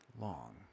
long